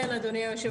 כן, אדוני היושב-ראש.